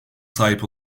sahip